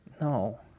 No